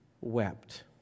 wept